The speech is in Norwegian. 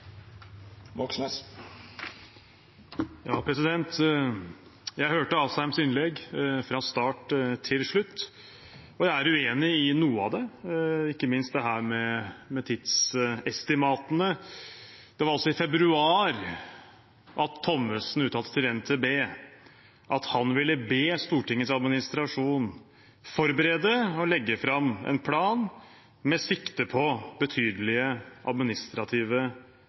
Jeg hørte representanten Asheims innlegg fra start til slutt, og jeg er uenig i noe av det, ikke minst dette med tidsestimatene. Det var i februar Olemic Thommessen uttalte til NTB at han ville be Stortingets administrasjon forberede og legge fram en plan med sikte på betydelige administrative